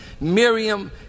Miriam